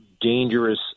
dangerous